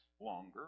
longer